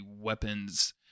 weapons